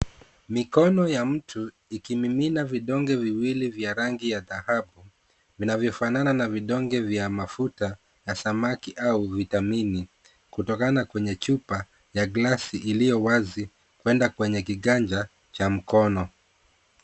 Mikono ya mtu ikimimina vidonge viwili vya rangi ya dhahabu. Vinavyo fanana na vidonge vya mafuta ya samaki au vitamini kutokana kwenye chupa ya glasi iliyo wazi kwenda kwenye kiganja cha mkono.